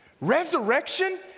Resurrection